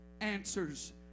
answers